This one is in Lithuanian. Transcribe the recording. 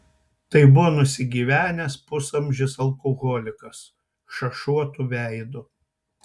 tai buvo nusigyvenęs pusamžis alkoholikas šašuotu veidu